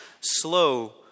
slow